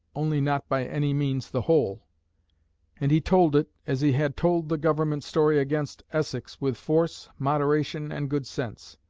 only not by any means the whole and he told it, as he had told the government story against essex, with force, moderation, and good sense.